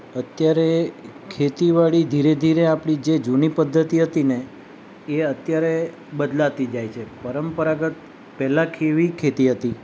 અત્યારે ખેતીવાડી ધીરે ધીરે આપણી જે જૂની પદ્ધતિ હતી હતીને એ અત્યારે બદલાતી જાય છે પરંપરાગત પહેલાં કેવી ખેતી હતી